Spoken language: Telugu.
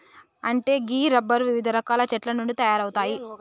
అంటే గీ రబ్బరు వివిధ రకాల చెట్ల నుండి తయారవుతాయి